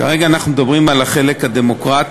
כרגע אנחנו מדברים על החלק הדמוקרטי,